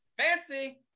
Fancy